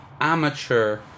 amateur